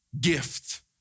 gift